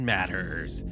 Matters